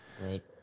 Right